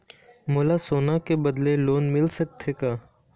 मोला सोना के बदले लोन मिल सकथे का?